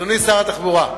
אדוני שר התחבורה,